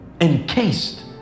Encased